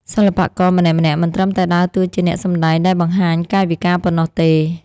សិល្បករម្នាក់ៗមិនត្រឹមតែដើរតួជាអ្នកសម្ដែងដែលបង្ហាញកាយវិការប៉ុណ្ណោះទេ។